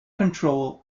control